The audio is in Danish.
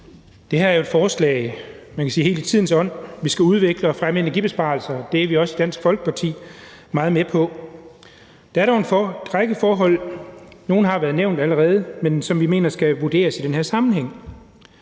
Det her er jo et forslag, der er helt i tidens ånd. Vi skal udvikle og fremme energibesparelser, og det er vi i Dansk Folkeparti også meget med på. Der er dog en række forhold, som vi mener skal vurderes i den her sammenhæng